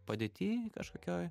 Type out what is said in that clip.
padėty kažkokioj